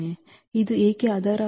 ಮತ್ತು ಇದು ಏಕೆ ಆಧಾರವಾಗಿದೆ